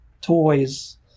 toys